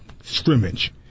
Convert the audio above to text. scrimmage